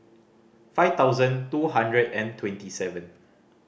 five thousand two hundred and twenty seven